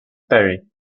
perry